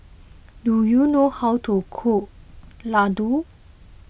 do you know how to cook Laddu